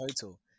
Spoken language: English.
total